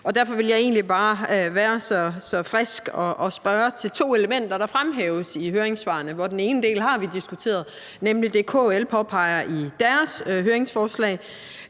og derfor vil jeg egentlig bare være så frisk at spørge til to elementer, der fremhæves i høringssvarene, og den ene del har vi diskuteret, nemlig det, KL påpeger i deres høringssvar,